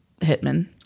hitman